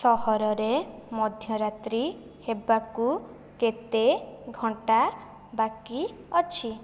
ସହରରେ ମଧ୍ୟରାତ୍ରି ହେବାକୁ କେତେ ଘଣ୍ଟା ବାକି ଅଛି